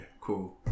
cool